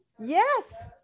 Yes